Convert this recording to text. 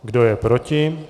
Kdo je proti?